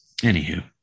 anywho